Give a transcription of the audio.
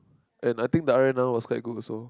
and I think dialect now was quite good also